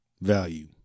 value